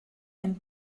and